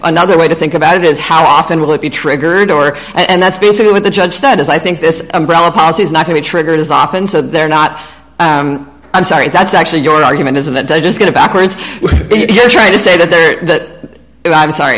another way to think about it is how often will it be triggered or and that's basically what the judge said is i think this umbrella policy is not to be triggered as often so they're not i'm sorry that's actually your argument isn't that just going backwards if you're trying to say that there that i'm sorry